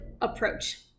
approach